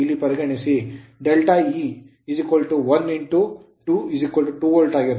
ಆದ್ದರಿಂದ ∆e 1 2 2 volt ಆಗಿರುತ್ತದೆ